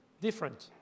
different